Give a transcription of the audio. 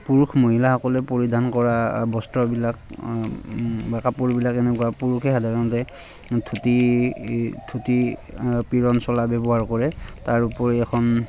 পুৰুষ মহিলাসকলে পৰিধান কৰা বস্ত্ৰবিলাক বা কাপোৰবিলাক এনেকুৱা পুৰুষে সাধাৰণতে ধুতি ধুতি পিৰান চোলা ব্য়ৱহাৰ কৰে তাৰ উপৰি এখন